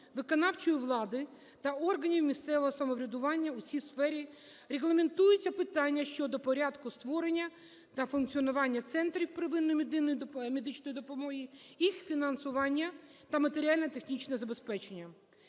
виконавчої влади та органів місцевого самоврядування у цій сфері, регламентуються питання щодо порядку створення та функціонування центрів первинної медичної допомоги, їх фінансування та матеріально-технічне забезпечення.